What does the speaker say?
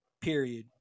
Period